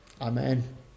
Amen